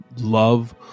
love